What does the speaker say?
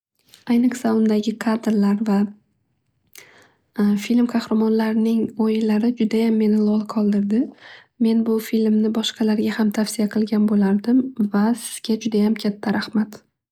Ayniqsa undagi kadralar va film qahramonlarining o'yinlari judayam meni lol qoldirdi. Men bu filmni boshqalarga ham tavsiya qilgan bo'lardim va sizga judayam katta rahmat.